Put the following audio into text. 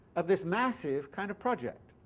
of this massive kind of project,